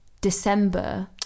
December